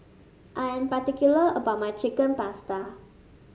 I am particular about my Chicken Pasta